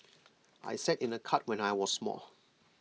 I sat in A cart when I was small